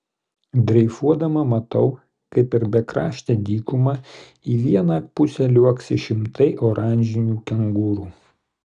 dreifuodama matau kaip per bekraštę dykumą į vieną pusę liuoksi šimtai oranžinių kengūrų